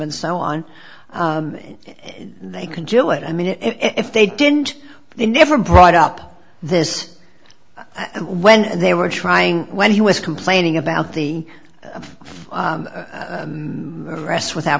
and so on if they can do it i mean it if they didn't they never brought up this when they were trying when he was complaining about the arrests without